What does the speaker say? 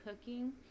cooking